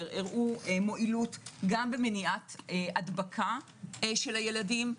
הראו מועילות גם במניעת הדבקה של הילדים.